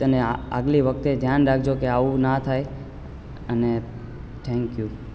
અને આગલી વખતે ધ્યાન રાખજો કે આવું ના થાય અને થેન્ક યુ